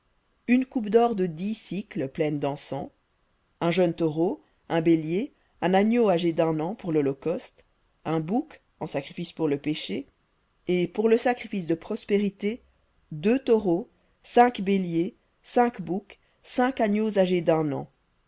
une coupe d'or de dix pleine dencens un jeune taureau un bélier un agneau âgé d'un an pour lholocauste un bouc en sacrifice pour le péché et pour le sacrifice de prospérités deux taureaux cinq béliers cinq boucs cinq agneaux âgés d'un an